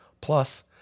Plus